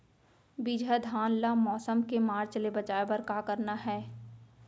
बिजहा धान ला मौसम के मार्च ले बचाए बर का करना है?